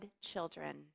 children